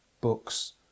books